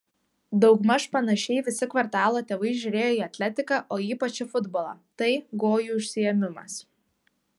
daugmaž panašiai visi kvartalo tėvai žiūrėjo į atletiką o ypač į futbolą tai gojų užsiėmimas